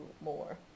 more